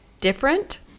different